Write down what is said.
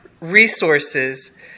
resources